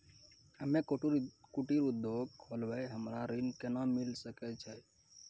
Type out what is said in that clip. हम्मे कुटीर उद्योग खोलबै हमरा ऋण कोना के मिल सकत?